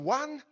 one